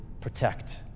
protect